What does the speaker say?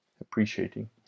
appreciating